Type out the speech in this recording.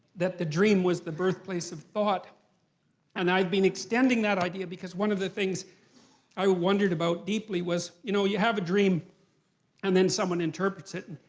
that the dream was the birthplace of thought and i've been extending that idea because one of the things i wondered about deeply was, you know you have a dream and then someone interprets it.